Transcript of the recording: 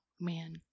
man